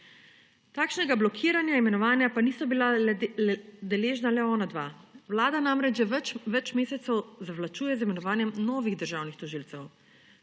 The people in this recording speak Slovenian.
Takšnega blokiranja imenovanja pa niso bila deležna le ona dva. Vlada namreč že več mesecev zavlačuje z imenovanjem novih državnih tožilcev.